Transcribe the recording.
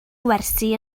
gwersi